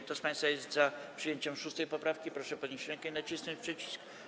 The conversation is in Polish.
Kto z państwa jest za przyjęciem 6. poprawki, proszę podnieść rękę i nacisnąć przycisk.